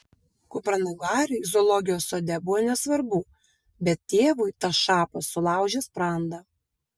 kupranugariui zoologijos sode buvo nesvarbu bet tėvui tas šapas sulaužė sprandą